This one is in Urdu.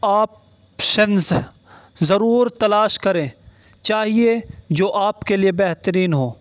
آپشنز ضرور تلاش کریں چاہیے جو آپ کے لیے بہترین ہو